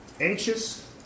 anxious